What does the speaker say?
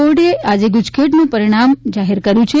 બોર્ડે આજે ગુજકેટનું પરિણામ જાહેર કર્યું છે